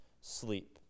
sleep